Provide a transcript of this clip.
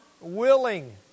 willing